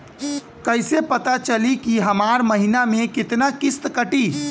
कईसे पता चली की हमार महीना में कितना किस्त कटी?